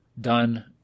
done